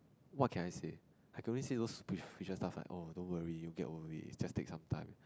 what can I say I can only say those superficial stuff like oh don't worry you get worry is just take some time